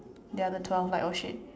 the other twelve like oh shit